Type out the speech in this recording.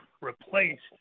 replaced